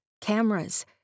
cameras